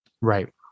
Right